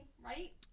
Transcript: right